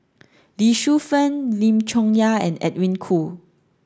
Lee Shu Fen Lim Chong Yah and Edwin Koo